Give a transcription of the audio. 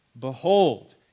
behold